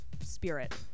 spirit